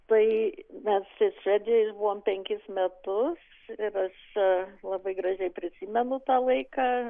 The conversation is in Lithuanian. tai mes švedijoj išbuvom penkis metus ir aš labai gražiai prisimenu tą laiką